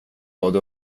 vad